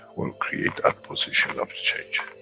will create a position of change.